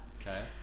Okay